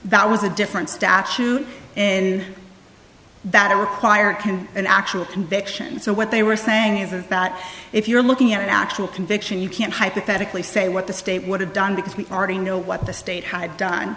that was a different statute and that required can an actual conviction so what they were saying is that if you're looking at an actual conviction you can't hypothetically say what the state would have done because we already know what the state had done